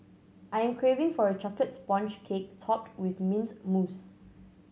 I am craving for a chocolate sponge cake topped with mint mousse